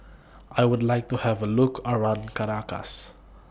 I Would like to Have A Look around Caracas